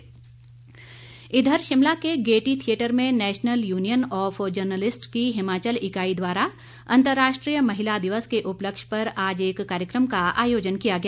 मारकंडा इधर शिमला के Gaiety theatre में नैशनल यूनियन ऑफ जर्नलिस्टिस की हिमाचल इकाई द्वारा अंतर्राष्ट्रीय महिला दिवस के उपलक्ष्य पर आज एक कार्यक्रम का आयोजन किया गया